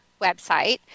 website